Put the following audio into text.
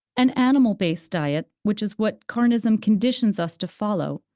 an animal-based diet, which is what carnism conditions us to follow,